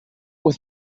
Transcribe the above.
with